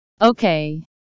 okay